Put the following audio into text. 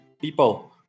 people